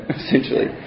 essentially